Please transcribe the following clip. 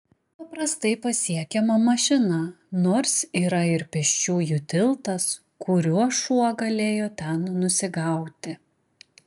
ji paprastai pasiekiama mašina nors yra ir pėsčiųjų tiltas kuriuo šuo galėjo ten nusigauti